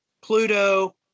Pluto